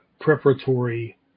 preparatory